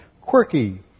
quirky